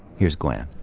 here's gwen.